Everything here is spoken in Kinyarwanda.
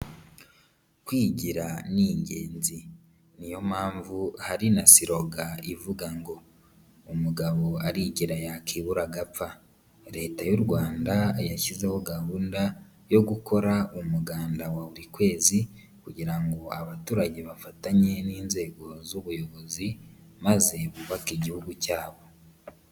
Kwigira ni ingenzi niyo mpamvu hari na siroga ivuga ngo umugabo arigira yakibura agapfa, Leta y'u Rwanda yashyizeho gahunda yo gukora umuganda wa buri kwezi kugira ngo abaturage bafatanye n'inzego z'ubuyobozi maze bubake igihugu cyabo.